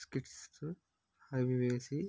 skits అవీ వేసి